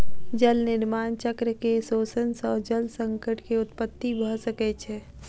जल निर्माण चक्र के शोषण सॅ जल संकट के उत्पत्ति भ सकै छै